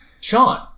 Sean